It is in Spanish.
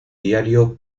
diario